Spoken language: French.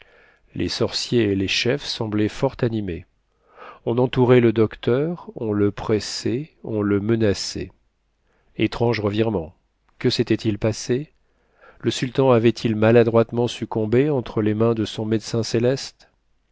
les sorciers et les chefs semblaient fort animés on entourait le docteur on le pressait on le menaçait étrange revirement que s'était-il passé le sultan avait-il maladroitement succombé entre les mains de son médecin céleste